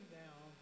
down